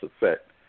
effect